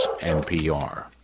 NPR